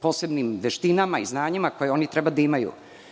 posebnim veštinama i znanjima koje oni treba da imaju?U